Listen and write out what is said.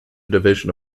division